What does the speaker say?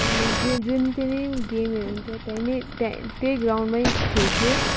अनि जे जुन पनि गेमहरू हुन्छ त्यहीँ नै त्यहाँ त्यही ग्राउन्डमै खेल्छौँ